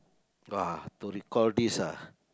ah to recall this ah